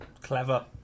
Clever